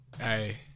Hey